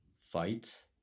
fight